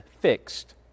fixed